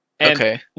Okay